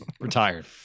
Retired